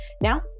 Now